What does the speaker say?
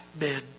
men